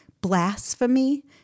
blasphemy